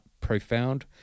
profound